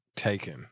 taken